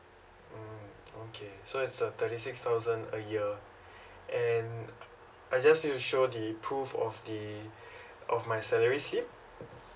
mm okay so it's a thirty six thousand a year and I just need to show the proof of the of my salary slip